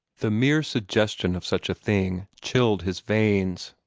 the mere suggestion of such a thing chilled his veins.